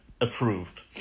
approved